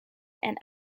and